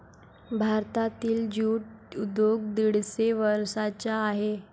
भारतातील ज्यूट उद्योग दीडशे वर्षांचा आहे